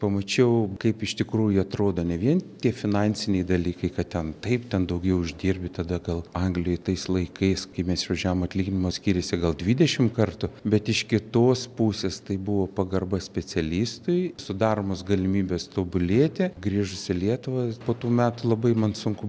pamačiau kaip iš tikrųjų atrodo ne vien tie finansiniai dalykai kad ten taip ten daugiau uždirbi tada gal anglijoj tais laikais kai mes išvažiavom atlyginimas skyrėsi gal dvidešimt kartų bet iš kitos pusės tai buvo pagarba specialistui sudaromos galimybės tobulėti grįžus į lietuvą po tų metų labai man sunku